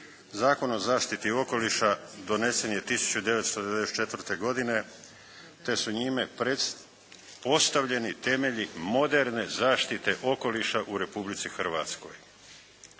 Zakon o zaštiti okoliša donesen je 1994. godine te su njime postavljeni temelji moderne zaštite okoliša u Republici Hrvatskoj.